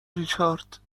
ریچارد